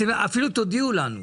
אפילו תודיעו לנו,